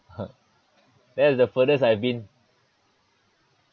that's the furthest I've been